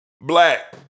Black